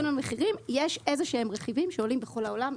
יש רכיבים שעולים בכל העולם,